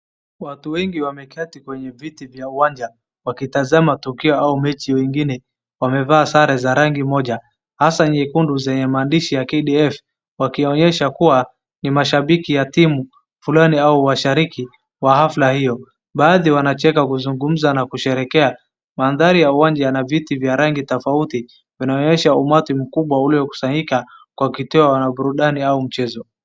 Watu wengi wameketi kwenye viti vya uwanja wakitazama tukio au mechi, wengine wamevaa sare za rangi moja, hasaa nyekundu zenye maandishi ya KDF wakionyesha kuwa ni mashabiki wa timu fulani au washariki wa hafla hiyo. Baadhi wanacheka kuzungumza au kusherekea, mandhari ya uwanja yana viti vya rangi tofauti, inaonyesha umati mkubwa uliokusanyika kwa kituo cha burudani au mchezo.